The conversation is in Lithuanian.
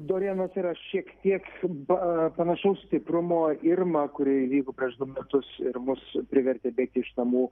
dorianas yra šiek tiek ba panašaus stiprumo irma kuri įvyko prieš du metus ir mus privertė bėgti iš namų